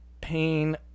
Pain